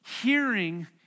Hearing